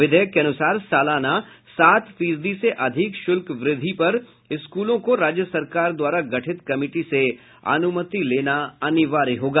विधेयक के अनुसार सालाना सात फीसदी से अधिक शुल्क वृद्धि पर स्कूलों को राज्य सरकार द्वारा गठित कमिटी से अनुमति लेना अनिवार्य होगा